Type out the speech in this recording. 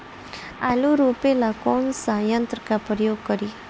आलू रोपे ला कौन सा यंत्र का प्रयोग करी?